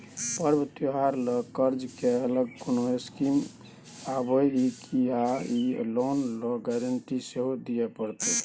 पर्व त्योहार ल कर्ज के अलग कोनो स्कीम आबै इ की आ इ लोन ल गारंटी सेहो दिए परतै?